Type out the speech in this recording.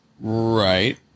Right